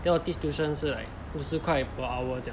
they 我 teach tuition 是 like 五十块 per hour 这样